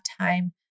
time